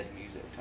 music